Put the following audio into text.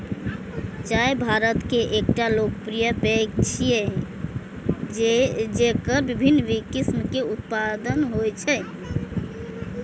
चाय भारत के एकटा लोकप्रिय पेय छियै, जेकर विभिन्न किस्म के उत्पादन होइ छै